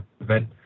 event